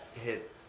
hit